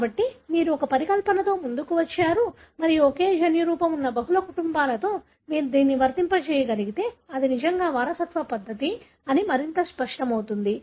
కాబట్టి మీరు ఒక పరికల్పనతో ముందుకు వచ్చారు మరియు ఒకే జన్యురూపం ఉన్న బహుళ కుటుంబాలలో మీరు దీన్ని వర్తింపజేయగలిగితే ఇది నిజంగా వారసత్వ పద్ధతి అని మరింత స్పష్టమవుతుంది